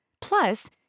Plus